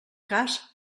cas